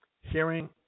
hearing